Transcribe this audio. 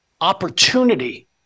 opportunity